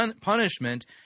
punishment